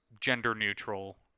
gender-neutral